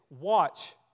watch